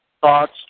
Thoughts